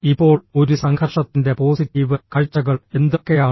ഇപ്പോൾ ഒരു സംഘർഷത്തിന്റെ പോസിറ്റീവ് കാഴ്ചകൾ എന്തൊക്കെയാണ്